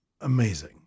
amazing